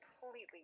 completely